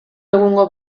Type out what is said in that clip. egungo